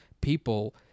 people